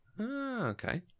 okay